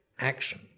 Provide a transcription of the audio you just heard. action